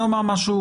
פה